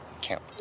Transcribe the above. camp